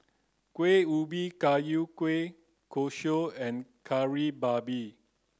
Kuih Ubi Kayu Kueh Kosui and Kari Babi